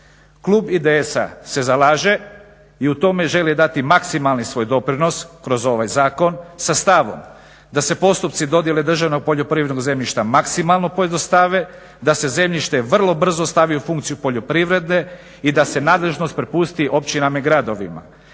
Klub IDS-a se zalaže i u tome želi dati svoj maksimalni doprinos kroz ovaj zakon sa stavom da se postupci dodjele državnog poljoprivrednog zemljišta maksimalno pojednostave, da se zemljište vrlo brzo stavi u funkciju poljoprivrede i da se nadležnost prepusti općinama i gradovima.